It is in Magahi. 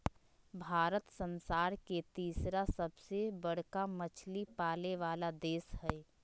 भारत संसार के तिसरा सबसे बडका मछली पाले वाला देश हइ